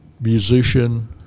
musician